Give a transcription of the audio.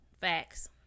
Facts